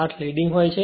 8 લીડિંગહોય છે